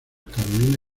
carolina